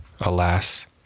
alas